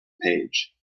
page